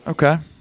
okay